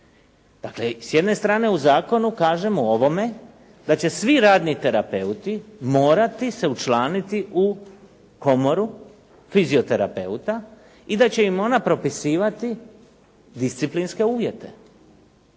Dakle, s jedne strane u zakonu kažemo u ovome, da će svi radni terapeuti morati se učlaniti u komoru fizioterapeuta i da će im ona propisivati disciplinske uvjete.